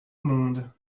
monde